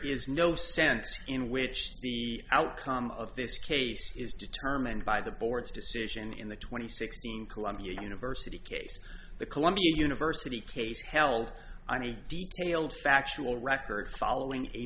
is no sense in which the outcome of this case is determined by the board's d decision in the two thousand and sixteen columbia university case the columbia university case held on a detailed factual record following a